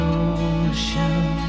ocean